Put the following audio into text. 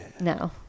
No